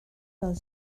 del